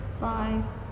Bye